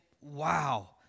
wow